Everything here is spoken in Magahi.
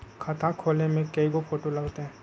खाता खोले में कइगो फ़ोटो लगतै?